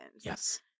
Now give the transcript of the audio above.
yes